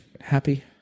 happy